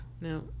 No